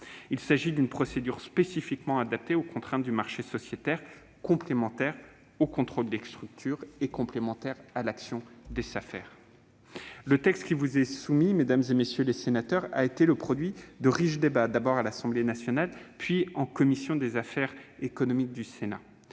Il s'agit d'une procédure spécifiquement adaptée aux contraintes du marché sociétaire, complémentaire du contrôle des structures et de l'action des Safer. Le texte qui vous est soumis, mesdames, messieurs les sénateurs, est le produit de riches débats, d'abord à l'Assemblée nationale, puis en commission des affaires économiques au Sénat.